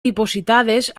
dipositades